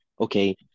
okay